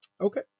Okay